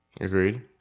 agreed